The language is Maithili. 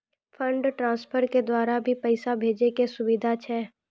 फंड ट्रांसफर के द्वारा भी पैसा भेजै के सुविधा छै?